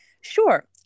Sure